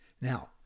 Now